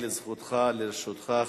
לזכותך, לרשותך,